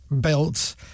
built